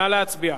נא להצביע.